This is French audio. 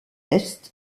est